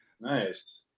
nice